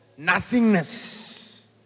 Nothingness